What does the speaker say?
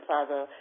Father